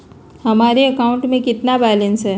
हमारे अकाउंट में कितना बैलेंस है?